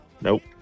nope